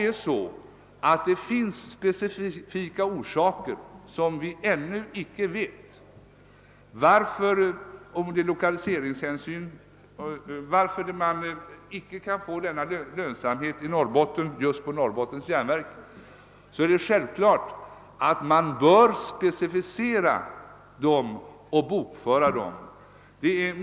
Om det finns specifika orsaker, som vi ännu icke klarlagt, och som gör att den verksamhet Norrbottens. järnverk bedriver icke kan bli lönsam just i Norrbotten, bör man specificera och bokföra dessa poster.